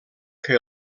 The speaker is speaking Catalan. que